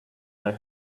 they